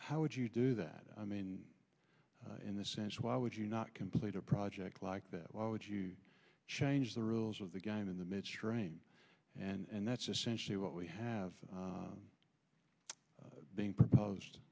how would you do that i mean in the sense why would you not complete a project like that why would you change the rules of the game in the mid stream and that's essentially what we have being proposed